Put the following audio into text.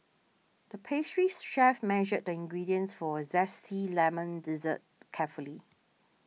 the pastries chef measured the ingredients for a Zesty Lemon Dessert carefully